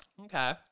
Okay